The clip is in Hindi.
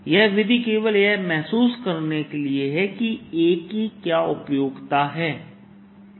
यह विधि केवल यह महसूस करने के लिए है कि Aकी क्या उपयोगिता है